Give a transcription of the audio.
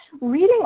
Reading